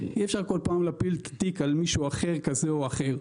אי אפשר כל פעם להפיל את התיק על מישהו כזה או אחר.